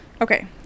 Okay